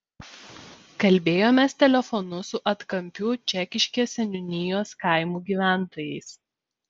kalbėjomės telefonu su atkampių čekiškės seniūnijos kaimų gyventojais